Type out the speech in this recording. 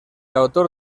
autor